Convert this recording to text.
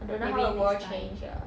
I don't know how the world change ah